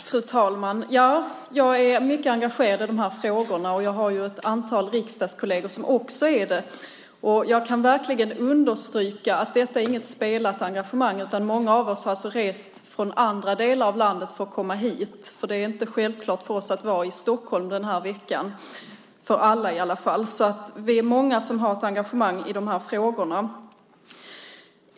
Fru talman! Ja, jag är mycket engagerad i de här frågorna, och jag har ett antal riksdagskolleger som också är det. Jag kan verkligen understryka att detta inte är något spelat engagemang. Många av oss har rest från andra delar av landet för att komma hit. Det är inte självklart för oss att vara i Stockholm den här veckan, inte för alla i alla fall. Vi är alltså många som har ett engagemang i de här frågorna.